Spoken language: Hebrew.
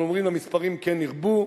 אנחנו אומרים למספרים, כן ירבו.